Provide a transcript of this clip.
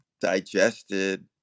digested